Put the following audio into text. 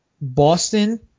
Boston